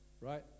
right